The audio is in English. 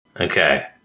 Okay